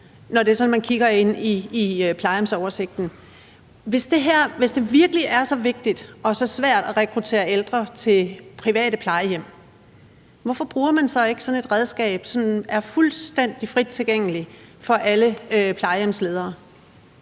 Hvis det virkelig er så vigtigt og så svært at rekruttere ældre til private plejehjem, hvorfor bruger man så ikke sådan et redskab, som er fuldstændig frit tilgængeligt for alle plejehjemsledere?